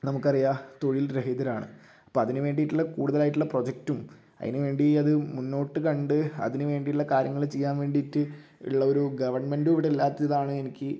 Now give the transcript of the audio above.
നമുക്കറിയാം തൊഴിൽ രഹിതരാണ് അപ്പം അതിന് വേണ്ടിയിട്ടുള്ള കൂടുതലായിട്ടുള്ള പ്രൊജക്റ്റും അതിന് വേണ്ടി അത് മുന്നോട്ട് കണ്ട് അതിന് വേണ്ടിയിട്ടുള്ള കാര്യങ്ങൾ ചെയ്യാൻ വേണ്ടിയിട്ട് ഉള്ള ഒരു ഗവൺമെൻ്റ് ഇവിടെ ഇല്ലാത്തതാണ് എനിക്ക്